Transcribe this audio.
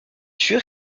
sûr